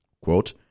Quote